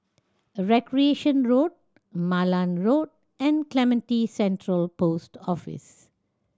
Recreation Road Malan Road and Clementi Central Post Office